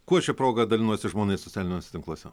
kuo šia proga dalinuosi žmonai socialiniuose tinkluose